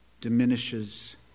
diminishes